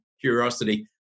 curiosity